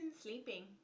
Sleeping